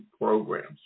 Programs